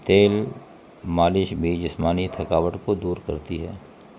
تیل مالش بھی جسمانی تھکاوٹ کو دور کرتی ہے